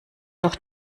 doch